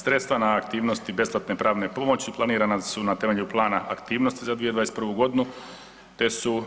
Sredstva na aktivnosti besplatne pravne pomoći planirana su na temelju plana aktivnosti za 2021. godinu te su